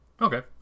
Okay